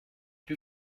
bin